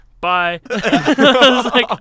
bye